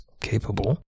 capable